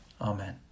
Amen